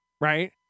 right